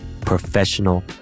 professional